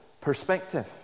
perspective